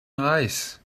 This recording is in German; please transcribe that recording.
reichs